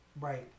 right